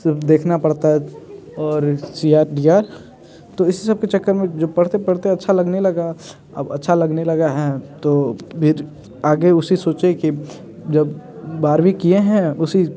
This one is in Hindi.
सब देखना पड़ता है और तो इसी सबके चक्कर में जो पढ़ते पढ़ते अच्छा लगने लगा अब अच्छा लगने लगा हैं तो फिर आगे उसी सूची की जब बारवीं किए हैं उसी